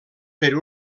per